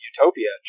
Utopia